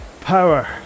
power